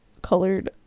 Colored